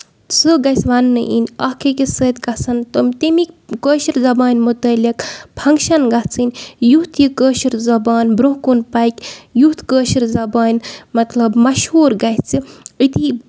سُہ گژھِ وَنٕنہ یِنۍ اکھ أکِس سۭتۍ گژھن تِم تَمیکۍ کٲشِر زَبان مُتعلِق فنکشن گژھنۍ یُتھ یہِ کٲشِر زَبان برونہہ کُن پَکہِ یُتھ کٲشُر زَبانۍ مطلب مَشہوٗر گژھِ أتی